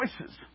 choices